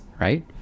right